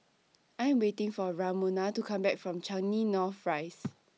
I Am waiting For Ramona to Come Back from Changi North Rise